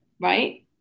right